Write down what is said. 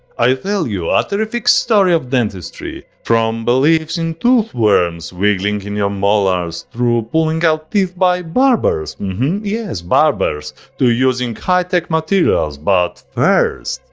i'll tell you a terrific story of dentistry. from beliefs in tooth worms wiggling in your molars, through pulling out teeth by barbers yes barbers to using high-tech materials. but first